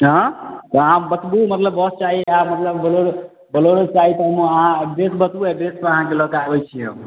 हँ तऽ अहाँ बतबू मतलब बस चाही या मतलब बलेरो बलेरो चाही तऽ हम अहाँ डेट बतबू डेट पर अहाँके लऽ के आबैत छी हम